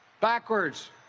backwards